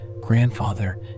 grandfather